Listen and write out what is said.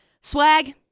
Swag